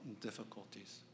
difficulties